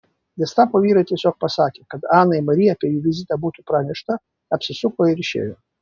gestapo vyrai tiesiog pasakė kad anai mari apie jų vizitą būtų pranešta apsisuko ir išėjo